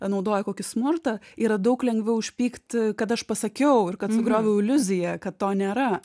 naudoja kokį smurtą yra daug lengviau užpykti kad aš pasakiau ir kad sugrioviau iliuziją kad to nėra